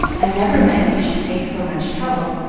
i never meant you should take so much trouble,